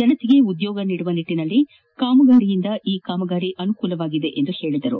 ಜನತೆ ಉದ್ಯೋಗ ನೀಡುವ ನಿಟ್ಟನಲ್ಲಿ ಕಾಮಗಾರಿಯಿಂದ ಈ ಕಾಮಗಾರಿ ಅನುಕೂಲವಾಗಿದೆ ಎಂದರು